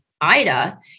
Ida